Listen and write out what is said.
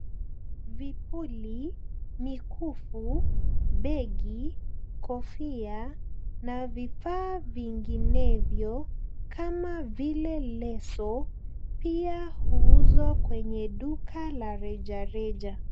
Vipuli, mikufu, begi, kofia na vifaa vinginevyo kama vile leso pia huuzwa kwenye duka la rejareja.